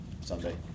Sunday